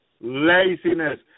Laziness